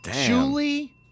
Julie